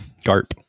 Garp